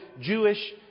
Jewish